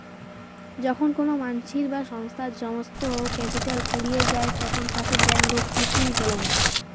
যখন কোনো মানসির বা সংস্থার সমস্ত ক্যাপিটাল ফুরিয়ে যায় তখন তাকে ব্যাংকরূপটিসি বলং